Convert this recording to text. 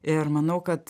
ir manau kad